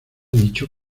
dicho